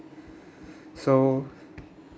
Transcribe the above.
so